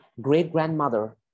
great-grandmother